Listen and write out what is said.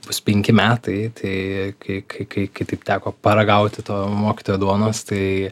bus penki metai tai kai kai kai kai taip teko paragauti to mokytojo duonos tai